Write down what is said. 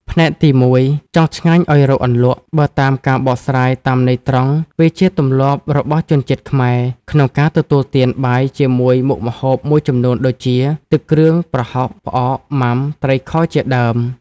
ផ្នែកទី១ «ចង់ឆ្ងាញ់ឱ្យរកអន្លក់» បើតាមការបកស្រាយតាមន័យត្រង់ វាជាទម្លាប់របស់ជនជាតិខ្មែរ ក្នុងការទទួលទានបាយជាមួយមុខម្ហូបមួយចំនួន ដូចជា ទឹកគ្រឿង ប្រហុក ផ្អក ម៉ាំ ត្រីខ ជាដើម។